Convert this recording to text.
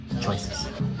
choices